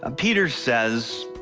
ah peter says